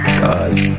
cause